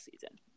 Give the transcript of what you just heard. season